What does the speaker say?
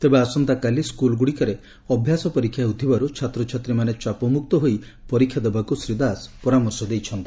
ତେବେ ଆସନ୍ତାକାଲି ସ୍କୁଲ୍ଗୁଡ଼ିକରେ ଅଭ୍ୟାସ ପରୀକ୍ଷା ହେଉଥିବାରୁ ଛାତ୍ରଛାତ୍ରୀମାନେ ଚାପମୁକ୍ତ ହୋଇ ପରୀକ୍ଷା ଦେବାକୁ ଶ୍ରୀ ଦାସ ପରାମର୍ଶ ଦେଇଛନ୍ତି